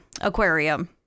aquarium